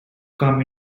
come